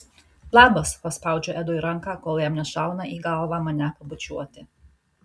labas paspaudžiu edui ranką kol jam nešauna į galvą mane pabučiuoti